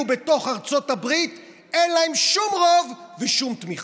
בתוך ארצות הברית אין להם שום רוב ושום תמיכה.